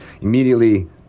immediately